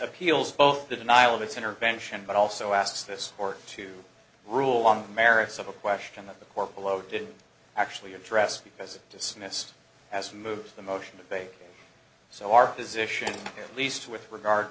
appeals both the denial of its intervention but also asked this court to rule on merits of a question of the court below didn't actually address because it dismissed as moves the motion today so our position at least with regard